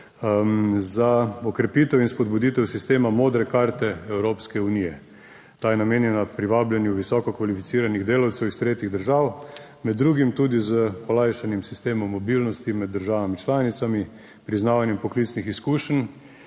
za okrepitev in spodbuditev sistema modre karte Evropske unije. Ta je namenjena privabljanju visoko kvalificiranih delavcev iz tretjih držav. Med drugim tudi z olajšanim sistemom mobilnosti med državami članicami, priznavanjem poklicnih izkušenj